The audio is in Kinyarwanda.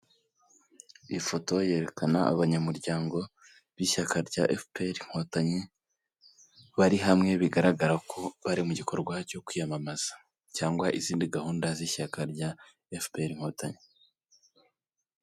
Ifoto yerekana abanyamuryango b'ishyaka rya efuperi inkotanyi, bari hamwe bigaragara ko bari mu gikorwa cyo kwiyamamaza cyangwa izindi gahunda z'ishyaka rya fpr inkotanyi.